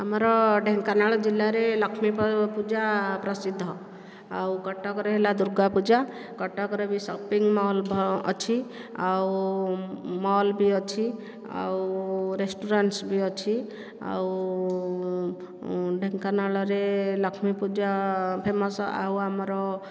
ଆମର ଢେଙ୍କାନାଳ ଜିଲ୍ଲାରେ ଲକ୍ଷ୍ମୀ ପୂଜା ପ୍ରସିଦ୍ଧ ଆଉ କଟକରେ ହେଲା ଦୂର୍ଗାପୂଜା କଟକରେ ବି ସପିଙ୍ଗମଲ ଭଲ ଅଛି ଆଉ ମଲ୍ ବି ଅଛି ଆଉ ରେଷ୍ଟୁରାଣ୍ଟ୍ସ ବି ଅଛି ଆଉ ଢେଙ୍କାନାଳରେ ଲକ୍ଷ୍ମୀ ପୂଜା ଫେମସ୍ ଆଉ ଆମର